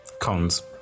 Cons